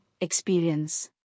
experience